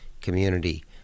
Community